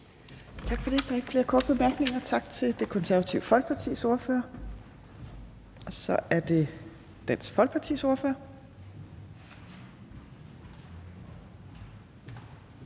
Tak for det. Der er ikke flere korte bemærkninger. Tak til Det Konservative Folkepartis ordfører. Så er det Dansk Folkepartis ordfører.